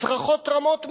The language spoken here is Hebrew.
צרחות רמות מאוד.